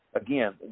Again